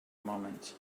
moments